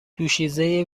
دوشیزه